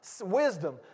wisdom